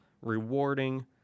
rewarding